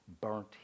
burnt